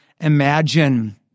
imagine